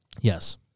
Yes